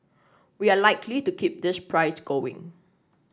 we are likely to keep this price going